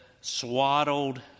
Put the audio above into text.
swaddled